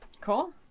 Cool